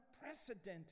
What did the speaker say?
unprecedented